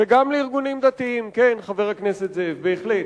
גם, גם לארגונים דתיים, חבר הכנסת זאב, כן, בהחלט.